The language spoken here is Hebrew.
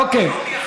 אוקיי.